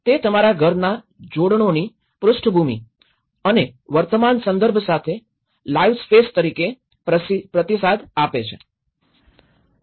તે તમારા ઘરના જોડાણોની પૃષ્ઠભૂમિ અને વર્તમાન સંદર્ભ સાથે લાઇવ સ્પેસ તેનો પ્રતિસાદ આપે છે